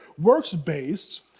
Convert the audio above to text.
works-based